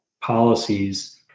policies